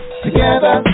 together